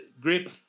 grip